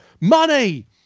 Money